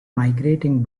migrating